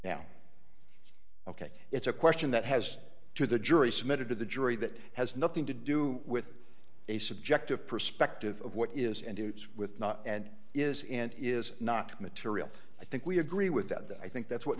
now ok it's a question that has to the jury submitted to the jury that has nothing to do with a subjective perspective of what is and do with not and is and is not material i think we agree with that that i think that's what